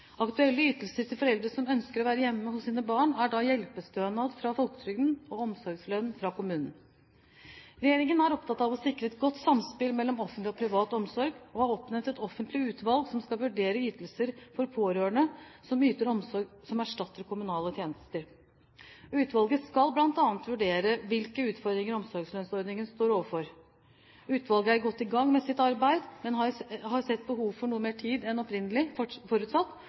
Aktuelle ytelser til foreldre som ønsker å være hjemme hos sine barn, er da hjelpestønad fra folketrygden og omsorgslønn fra kommunen. Regjeringen er opptatt av å sikre et godt samspill mellom offentlig og privat omsorg og har oppnevnt et offentlig utvalg som skal vurdere ytelser for pårørende som yter omsorg som erstatter kommunale tjenester. Utvalget skal bl.a. vurdere hvilke utfordringer omsorgslønnsordningen står overfor. Utvalget er godt i gang med sitt arbeid, men har sett behov for noe mer tid enn opprinnelig forutsatt